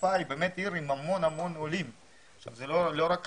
חיפה היא עיר עם עולים רבים וזאת לא רק חיפה.